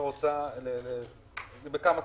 רוצה בכמה שפות?